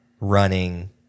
running